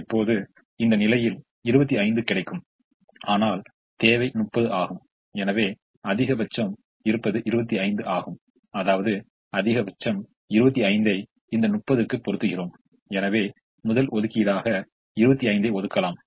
இப்போது இந்த நிலையில் 25 கிடைக்கும் ஆனால் தேவை 30 ஆகும் எனவே அதிகபட்சம் இருப்பது 25 ஆகும் அதாவது அதிகபட்சம் 25 ஐ 30 க்கு பொறுத்துகிறோம் எனவே முதல் ஒதுக்கீடாக 25 ஐ ஒதுக்கலாம்